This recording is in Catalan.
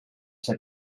ser